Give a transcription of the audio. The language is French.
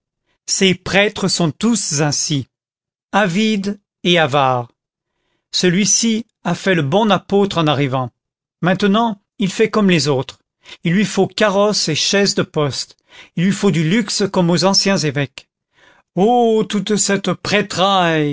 ces prêtres sont tous ainsi avides et avares celui-ci a fait le bon apôtre en arrivant maintenant il fait comme les autres il lui faut carrosse et chaise de poste il lui faut du luxe comme aux anciens évêques oh toute cette